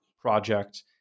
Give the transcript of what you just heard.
project